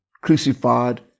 crucified